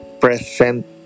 present